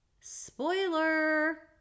spoiler